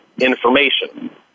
information